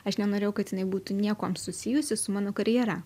aš nenorėjau kad jinai būtų niekuom susijusi su mano karjera